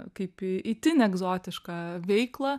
kaip į itin egzotišką veiklą